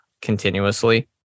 continuously